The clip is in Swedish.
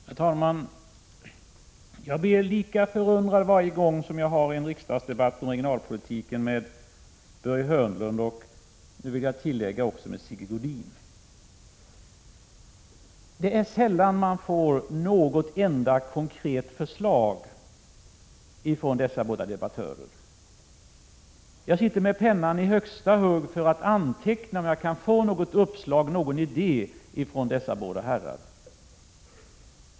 Herr talman! Jag blir lika förundrad varje gång jag har en riksdagsdebatt om regionalpolitiken med Börje Hörnlund och — får jag nu tillägga — Sigge Godin. Det är sällan som man får något enda konkret förslag från dessa båda debattörer. Jag sitter med pennan i högsta hugg för att anteckna, om jag kan få något uppslag eller någon idé från dessa båda herrar.